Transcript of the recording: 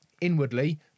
inwardly